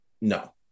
no